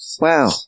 Wow